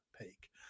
peak